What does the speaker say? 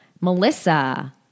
Melissa